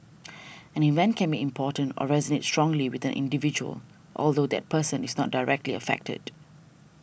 an event can be important or resonate strongly with an individual although that person is not directly affected